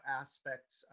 aspects